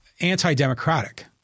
anti-democratic